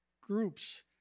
groups